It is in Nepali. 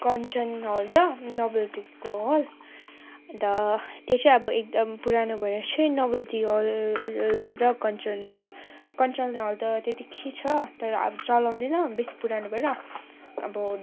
कन्चन हल र नोभल्टीको हल अन्त त्यो चाहिँ अब एकदम पुरानो भएर चाहिँ नोभल्टी हल र कन्चन हल कन्चन हल त त्यतिकै छ तर अब चलाउँदैन बेसी पुरानो भएर अब